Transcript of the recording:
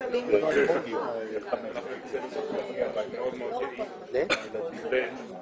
מאוד גבוה יחסית למדינות שיש בהן מערכת הסעת המונים מפותחת,